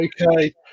okay